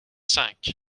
cinq